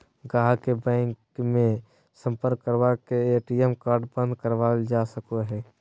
गाहक के बैंक मे सम्पर्क करवा के ए.टी.एम कार्ड बंद करावल जा सको हय